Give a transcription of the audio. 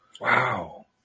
Wow